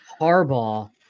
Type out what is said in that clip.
Harbaugh